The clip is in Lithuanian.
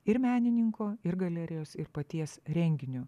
ir menininko ir galerijos ir paties renginio